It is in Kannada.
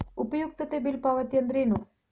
ಉಪಯುಕ್ತತೆ ಬಿಲ್ ಪಾವತಿ ಅಂದ್ರೇನು?